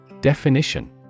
Definition